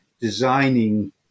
designing